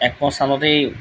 এক ম স্থানতেই